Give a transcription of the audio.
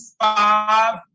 five